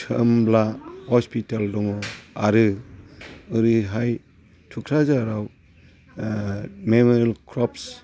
सोमब्ला hospital दङ आरो ओरैहाय टुख्राझाराव मेम'रियेल क्रफ्ट्स